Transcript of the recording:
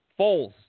Foles